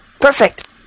Perfect